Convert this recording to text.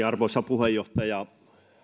arvoisa puheenjohtaja